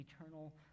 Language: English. eternal